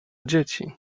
dzieci